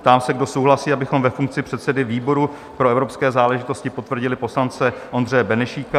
Ptám se, kdo souhlasí, abychom ve funkci předsedy výboru pro evropské záležitosti potvrdili poslance Ondřeje Benešík?